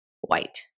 white